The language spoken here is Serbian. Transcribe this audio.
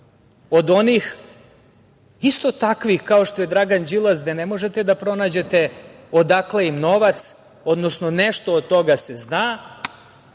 od onih isto takvih kao što je Dragan Đilas, gde ne možete da pronađete odakle im novac, odnosno nešto od toga se zna,